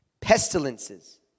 pestilences